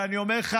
ואני אומר לך,